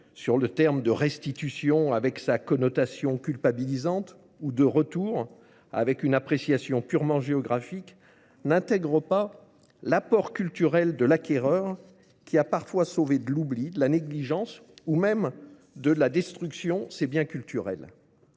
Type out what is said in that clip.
sur le terme de restitution avec sa connotation culpabilisante ou de retour avec une appréciation purement géographique n'intègre pas l'apport culturel de l'acquereur qui a parfois sauvé de l'oubli, de la négligence ou même de la destruction de ses biens culturels.